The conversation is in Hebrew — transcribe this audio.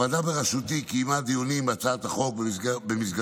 הוועדה בראשותי קיימה דיונים בהצעת החוק ובמסגרתם